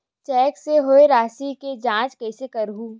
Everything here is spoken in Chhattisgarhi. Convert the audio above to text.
चेक से होए राशि के जांच कइसे करहु?